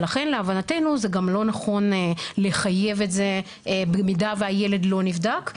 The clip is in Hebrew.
לכן להבנתנו זה גם לא נכון לחייב את זה במידה והילד לא נבדק,